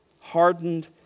Hardened